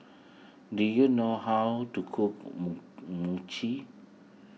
do you know how to cook Mochi